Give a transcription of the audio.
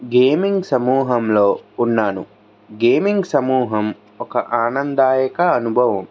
gaming సమూహంలో ఉన్నాను gaming సమూహం ఒక ఆనందదాయక అనుభవం